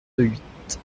huit